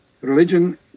religion